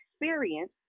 experience